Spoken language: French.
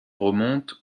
remontent